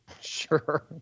Sure